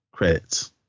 credits